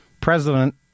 president